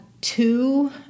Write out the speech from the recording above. two